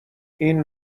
این